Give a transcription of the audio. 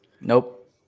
Nope